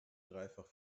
dreifach